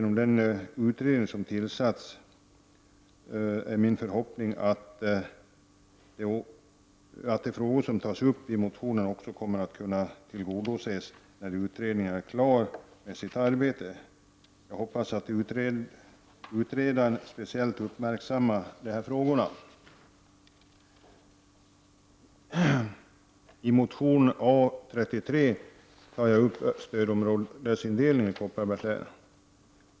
Min förhoppning är att de frågor som tas upp i motionen också kommer att kunna tillgodoses när utredningen är klar med sitt arbete. Jag hoppas att utredarna speciellt uppmärksammar de här frågorna. I motion A33 tar jag upp frågorna om stödområdesindelningen i Kopparbergs län.